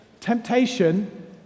Temptation